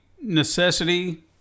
necessity